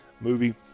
movie